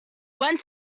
went